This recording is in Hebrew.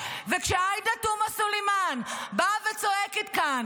ועאידה סלימאן לא יכולה לשמוע את זה.